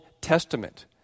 Testament